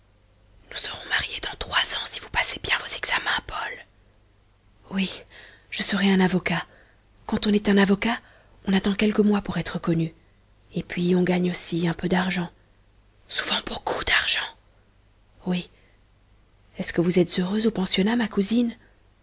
nous serons mariés dans trois ans si vous passez bien vos examens paul oui je serai un avocat quand on est un avocat on attend quelques mois pour être connu et puis on gagne aussi un peu d'argent souvent beaucoup d'argent oui est-ce que vous êtes heureuse au pensionnat ma cousine